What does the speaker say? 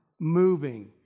Moving